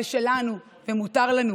זה שלנו ומותר לנו.